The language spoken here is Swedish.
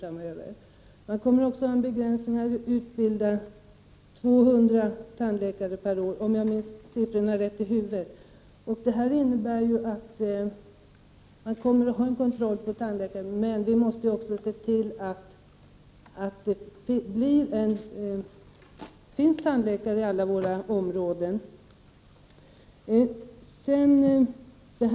Antalet tandläkare som utbildas kommer också att begränsas till 200 per år, om jag nu minns dessa siffror rätt. Detta innebär att det kommer att finnas en kontroll i vad gäller antalet tandläkare. Men vi måste dessutom se till att det finns tandläkare i alla områden i landet.